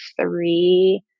three